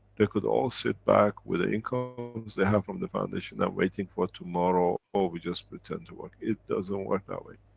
they could all sit back with incomes they have from the foundation and waiting for tomorrow, or we just pretend to work, it doesn't work that way.